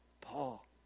Paul